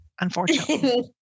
unfortunately